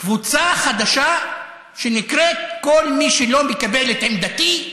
קבוצה חדשה שנקראת: כל מי שלא מקבל את עמדתי,